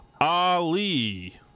Ali